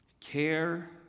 care